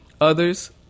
Others